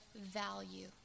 value